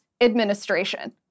administration